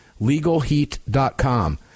LegalHeat.com